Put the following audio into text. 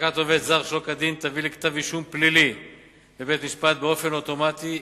העסקת עובד זר שלא כדין תביא לכתב אישום פלילי בבית-משפט באופן אוטומטי,